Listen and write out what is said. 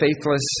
faithless